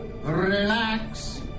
Relax